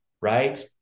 right